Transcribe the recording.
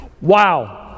Wow